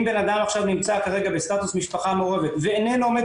אם אדם נמצא כרגע בסטטוס מעורבת ואיננו עומד